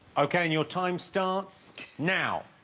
okay and your time starts now?